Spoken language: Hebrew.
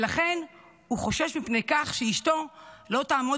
ולכן הוא חושש מפני כך שאשתו לא תעמוד